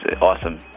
awesome